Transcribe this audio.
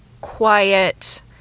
quiet